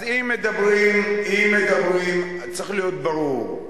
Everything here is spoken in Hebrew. אז אם מדברים, צריך להיות ברור: